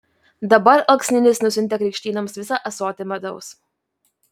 dabar alksninis nusiuntė krikštynoms visą ąsotį medaus